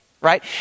right